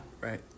Right